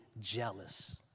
jealous